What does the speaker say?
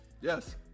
Yes